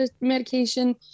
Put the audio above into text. medication